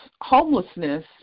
homelessness